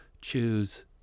choose